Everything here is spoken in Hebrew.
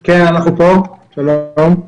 שלום.